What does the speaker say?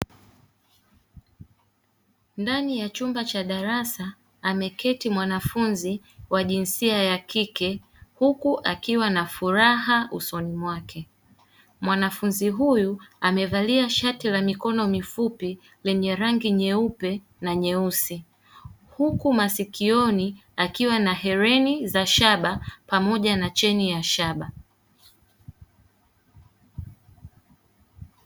Ndani ya chumba cha darasa ameketi mwanafunzi wa jinsia ya kike huku akiwa na furaha usoni mwake, mwanafunzi huyu amevalia shati la mikono mifupi lenye rangi nyeupe na nyeusi huku masikioni akiwa na hereni za shaba pamoja na cheni ya shaba.